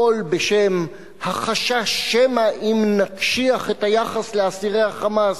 הכול בשם החשש שמא אם נקשיח את היחס לאסירי ה"חמאס",